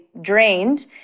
drained